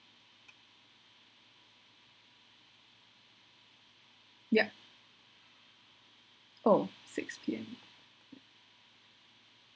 yup oh six P_M